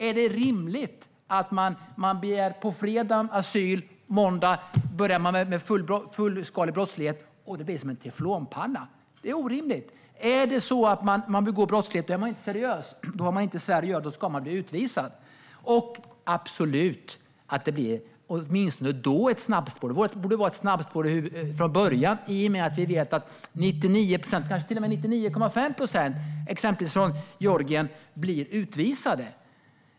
Är det rimligt att man på fredagen begär asyl och på måndagen börjar med fullskalig brottslighet, och det blir som en teflonpanna? Det är orimligt. Är det så att man begår brott är man inte seriös. Då har man inte i Sverige att göra och ska bli utvisad. Det borde då åtminstone bli ett snabbspår. Det borde vara ett snabbspår från början. Vi vet att 99 procent, kanske till och med 99,5 procent, från exempelvis Georgien blir utvisade.